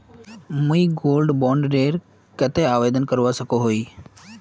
मुई gold bond डेर केते आवेदन करवा सकोहो ही?